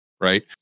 Right